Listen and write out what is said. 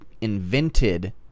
invented